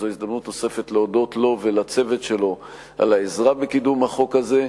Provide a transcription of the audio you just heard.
וזו הזדמנות נוספת להודות לו ולצוות שלו על העזרה בקידום החוק הזה,